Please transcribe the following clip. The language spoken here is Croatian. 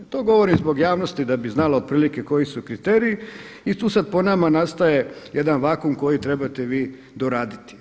To govorim zbog javnosti da bi znala otprilike koji su kriteriji i tu sad po nama nastaje jedan vakuum koji trebate vi doraditi.